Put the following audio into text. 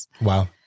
Wow